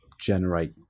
generate